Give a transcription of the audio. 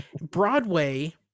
Broadway